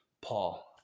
Paul